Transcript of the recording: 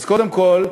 אז קודם כול,